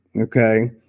okay